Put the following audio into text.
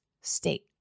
state